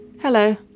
Hello